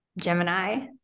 Gemini